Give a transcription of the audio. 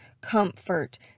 comfort